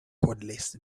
cordless